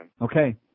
Okay